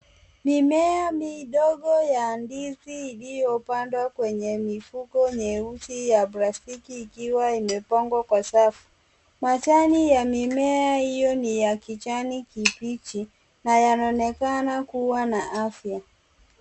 Mimea midogo ya ndizi, iliyopandwa kwenye mifuko meusi ya plastiki, ikiwa imepangwa kwa safu. Majani ya mimea hio ni ya kijani kibichi, na yanaonekana kuwa na afya.